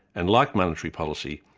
and like monetary policy,